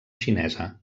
xinesa